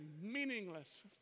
meaningless